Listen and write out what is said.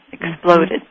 exploded